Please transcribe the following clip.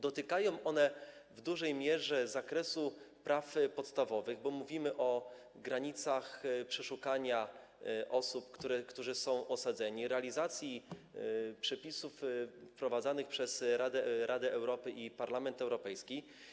Dotykają one w dużej mierze zakresu praw podstawowych, bo mówimy o granicach przeszukania osób, które są osadzone, realizacji przepisów wprowadzonych przez Radę Europy i Parlament Europejski.